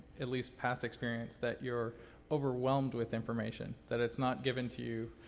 at least, past experience that you're overwhelmed with information, that it's not given to you.